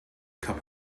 cup